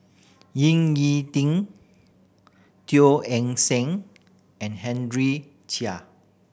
Ying E Ding Teo Eng Seng and Henry Chia